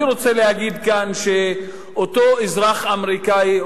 אני רוצה להגיד כאן שאותו אזרח אמריקני,